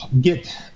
get